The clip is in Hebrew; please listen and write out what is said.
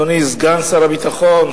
אדוני סגן שר הביטחון,